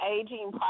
aging